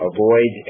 Avoid